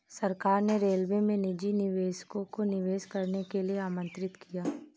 सरकार ने रेलवे में निजी निवेशकों को निवेश करने के लिए आमंत्रित किया